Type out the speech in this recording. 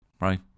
right